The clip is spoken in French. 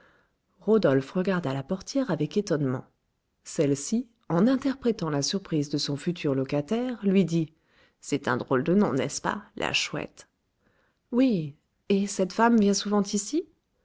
rodolphe regarda la portière avec étonnement celle-ci en interprétant la surprise de son futur locataire lui dit c'est un drôle de nom n'est-ce pas la chouette oui et cette femme vient souvent ici